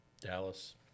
Dallas